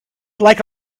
like